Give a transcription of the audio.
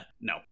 No